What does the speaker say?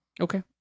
Okay